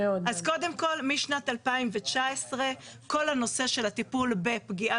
אז קודם כל משנת 2019 כל הנושא של הטפול בפגיעה